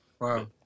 Wow